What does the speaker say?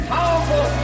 Powerful